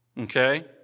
Okay